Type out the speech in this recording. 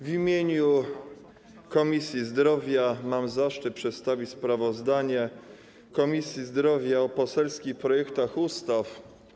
W imieniu Komisji Zdrowia mam zaszczyt przedstawić sprawozdanie Komisji Zdrowia o poselskich projektach ustaw.